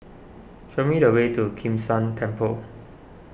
show me the way to Kim San Temple